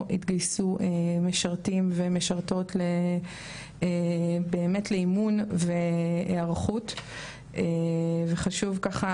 התגייסו משרתים ומשרתות באמת לאימון והיערכות וחשוב ככה